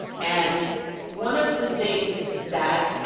and one of the things that